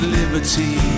liberty